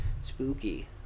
spooky